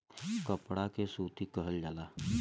कपड़ा के सूती कहल जाला